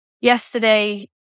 Yesterday